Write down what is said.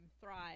Thrive